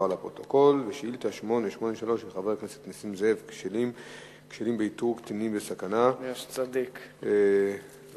הרווחה והשירותים החברתיים ביום י"ז באדר התש"ע (3 במרס 2010):